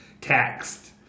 taxed